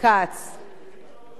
ואני מבקשת לעצור את השעון, כי,